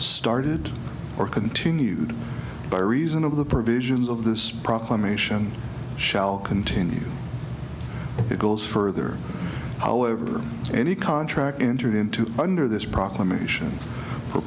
started or continued by reason of the provisions of this proclamation shall continue it goes further however any contract entered into under this proclamation for